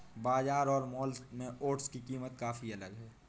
बाजार और मॉल में ओट्स की कीमत काफी अलग है